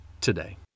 today